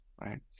Right